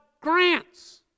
grants